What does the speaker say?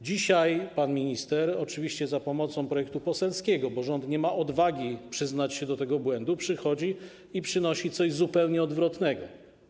Dzisiaj pan minister, oczywiście za pomocą projektu poselskiego, bo rząd nie ma odwagi przyznać się do tego błędu, przychodzi i przynosi coś zupełnie odwrotnego.